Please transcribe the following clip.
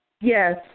Yes